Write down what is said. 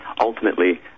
ultimately